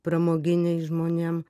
pramoginiai žmonėm